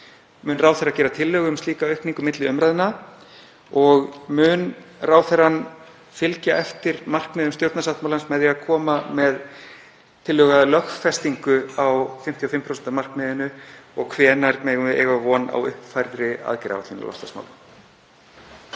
Mun ráðherra gera tillögu um slíka aukningu milli umræðna? Mun ráðherra fylgja eftir markmiðum stjórnarsáttmálans með því að koma með tillögu að lögfestingu á 55% af markmiðinu og hvenær megum við eiga von á uppfærðri aðgerðaáætlun í loftslagsmálum?